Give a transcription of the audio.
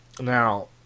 Now